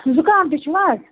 زُکام تہِ چھُوا حظ